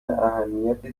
اهمیت